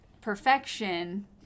perfection